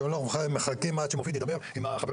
אתם לא מחכים עד שמופיד ידבר עם החברים